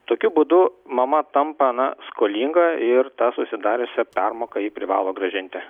tokiu būdu mama tampa na skolinga ir tą susidariusią permoką ji privalo grąžinti